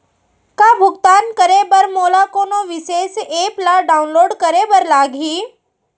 का भुगतान करे बर मोला कोनो विशेष एप ला डाऊनलोड करे बर लागही